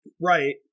Right